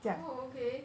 oh okay